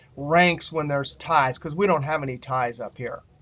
ranks when there's ties, because we don't have any ties up here.